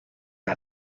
not